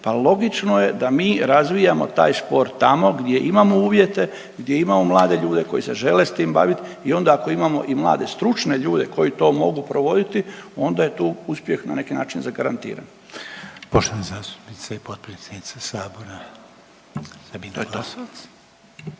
pa logično je da mi razvijamo taj sport tamo gdje imamo uvjete, gdje imamo mlade ljude koji se žele s tim baviti i onda ako imamo i mlade stručne ljude koji to mogu provoditi onda je tu uspjeh na neki način zagarantiran. **Reiner, Željko (HDZ)** Poštovani